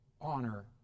honor